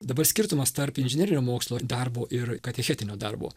dabar skirtumas tarp inžinerinio mokslo darbo ir katechetinio darbo